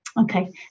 okay